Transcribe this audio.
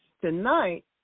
Tonight